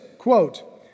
Quote